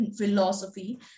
philosophy